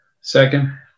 Second